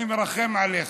אני מרחם עליך.